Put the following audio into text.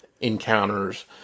encounters